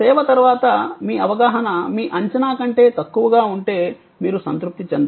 సేవ తర్వాత మీ అవగాహన మీ అంచనా కంటే తక్కువగా ఉంటే మీరు సంతృప్తి చెందరు